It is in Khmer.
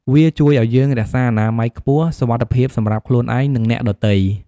វាជួយឱ្យយើងរក្សាអនាម័យខ្ពស់ សុវត្ថិភាពសម្រាប់ខ្លួនឯង និងអ្នកដទៃ។